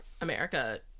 America